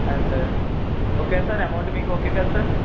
and okay నా sir amount మీకు okay కదా సార్